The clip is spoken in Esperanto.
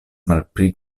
malpli